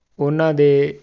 ਉਨਾਂ ਦੇ